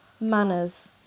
Manners